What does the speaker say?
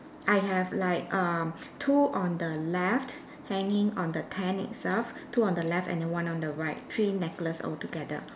I have like err two on the left hanging on the tent itself two on the left and then one on the right three necklace all together